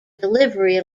delivery